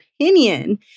opinion